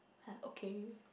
like okay